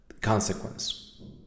consequence